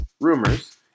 Rumors